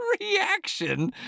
reaction